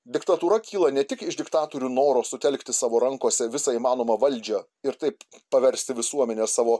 diktatūra kyla ne tik iš diktatorių noro sutelkti savo rankose visą įmanomą valdžią ir taip paversti visuomenę savo